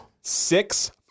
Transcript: Six